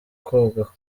koga